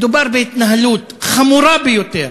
מדובר בהתנהלות חמורה ביותר.